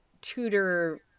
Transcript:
Tudor